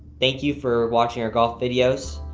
thank you for watching our golf videos.